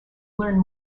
learn